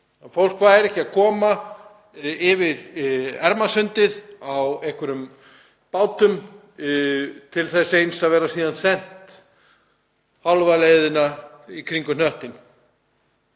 fólk væri ekki að koma yfir Ermarsundið á einhverjum bátum til þess eins að vera síðan sent hálfa leiðina í kringum hnöttinn.